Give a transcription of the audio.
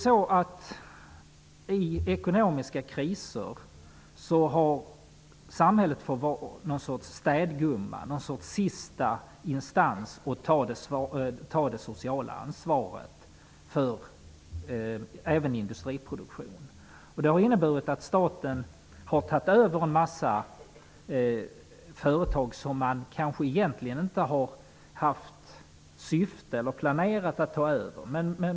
I ekonomiska kriser har samhället fått vara något slags städgumma, en sista instans som får ta det sociala ansvaret även för industriproduktion. Det har inneburit att staten har tagit över en mängd företag som man kanske egentligen inte har planerat att ta över.